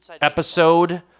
episode